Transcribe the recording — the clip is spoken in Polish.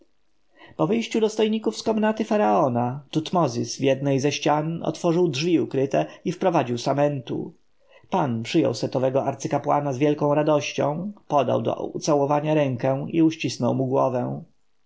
po wyjściu dostojników z komnaty faraona tutmozis w jednej ze ścian otworzył drzwi ukryte i wprowadził samentu pan przyjął setowego arcykapłana z wielką radością podał do ucałowania rękę i uścisnął mu głowę